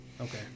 okay